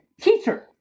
teacher